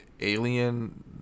alien